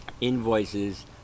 invoices